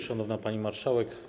Szanowna Pani Marszałek!